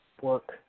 work